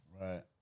Right